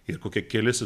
ir kokie keli